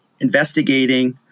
investigating